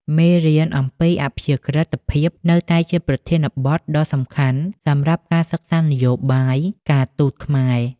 មេរៀនអំពីអព្យាក្រឹតភាពនៅតែជាប្រធានបទដ៏សំខាន់សម្រាប់ការសិក្សានយោបាយការទូតខ្មែរ។